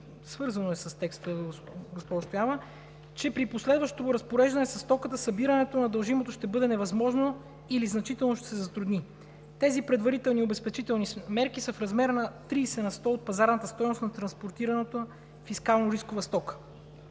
Свързано е с текста, госпожо Стоянова, че при последващото му разпореждане със стоката събирането на дължимото ще бъде невъзможно или значително ще се затрудни. Тези предварителни обезпечителни мерки са в размер на 30 на сто от пазарната стойност на транспортираната фискално рискова стока.